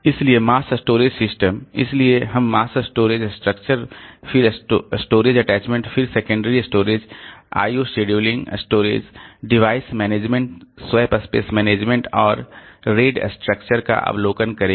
इसलिए mass storage system इसलिए हम मास स्टोरेज स्ट्रक्चर फिर स्टोरेज अटैचमेंट फिर secondary storage IO scheduling storage device management swap space management और RAID स्ट्रक्चर का अवलोकन करेंगे